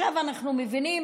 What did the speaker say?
אנחנו מבינים